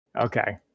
Okay